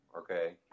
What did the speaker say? Okay